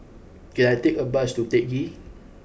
can I take a bus to Teck Ghee